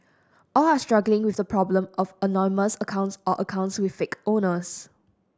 all are struggling with the problem of anonymous accounts or accounts with fake owners